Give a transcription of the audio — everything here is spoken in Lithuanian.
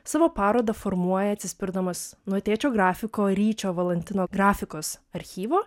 savo parodą formuoja atsispirdamas nuo tėčio grafiko ryčio valantino grafikos archyvo